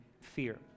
fear